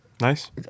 Nice